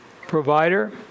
Provider